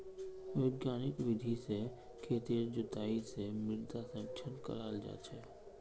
वैज्ञानिक विधि से खेतेर जुताई से मृदा संरक्षण कराल जा छे